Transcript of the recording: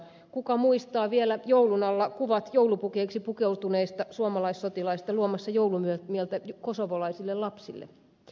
kuka muistaa vielä joulun alla kuvat joulupukeiksi pukeutuneista suomalaissotilaista luomassa joulumieltä kosovolaisille lapsille